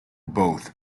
both